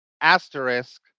Asterisk